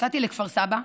יצאתי לכפר סבא,